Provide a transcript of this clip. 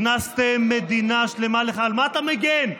הכנסתם מדינה שלמה, על מה אתה מגן?